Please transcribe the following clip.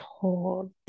told